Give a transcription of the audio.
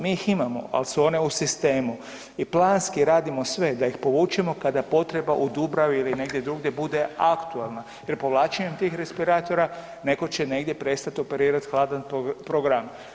Mi ih imamo, al su one u sistemu i planski radimo sve da ih povučemo kada potreba u Dubravi ili negdje drugdje bude aktualna jer povlačenjem tih respiratora neko će negdje prestat operirat hladan program.